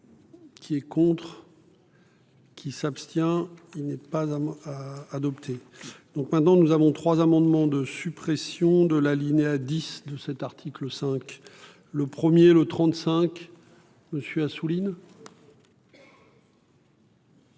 Qui est contre. Qui s'abstient. Il n'est pas adopté. Donc maintenant nous avons 3 amendements de suppression de l'alinéa 10 de cet article 5. Le premier, le 35 monsieur Assouline.